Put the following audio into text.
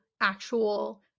actual